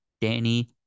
Danny